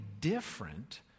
different